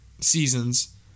seasons